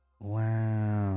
wow